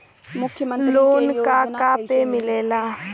Loan का का पे मिलेला?